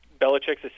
Belichick's